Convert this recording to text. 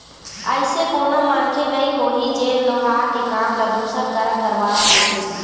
अइसे कोनो मनखे नइ होही जेन लोहार के काम ल दूसर करा करवात होही